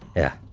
yeah.